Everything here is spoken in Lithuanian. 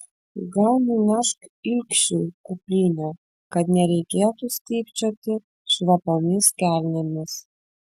gal nunešk ilgšiui kuprinę kad nereikėtų stypčioti šlapiomis kelnėmis